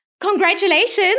congratulations